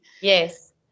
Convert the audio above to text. Yes